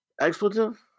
Expletive